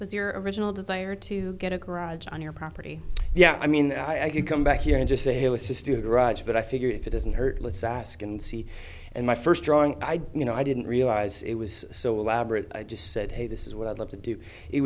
was your original desire to get a garage on your property yeah i mean i could come back here and just say assisted raj but i figure if it doesn't hurt let's ask and see and my first drawing i did you know i didn't realize it was so elaborate i just said hey this is what i'd love to do it